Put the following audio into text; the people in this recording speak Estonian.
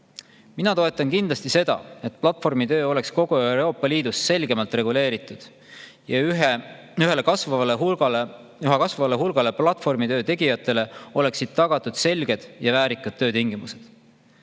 Mina toetan kindlasti seda, et platvormitöö oleks kogu Euroopa Liidus selgemalt reguleeritud ja üha kasvavale hulgale platvormitöö tegijatele oleksid tagatud selged ja väärikad töötingimused.